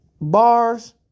Bars